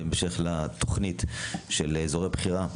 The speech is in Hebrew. בהמשך לתוכנית של אזורי בחירה,